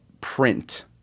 print